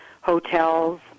hotels